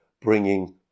bringing